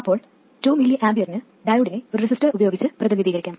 അപ്പോൾ 2mA ന് ഡയോഡിനെ ഒരു റെസിസ്റ്റർ ഉപയോഗിച്ച് പ്രതിനിധീകരിക്കാം